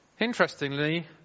Interestingly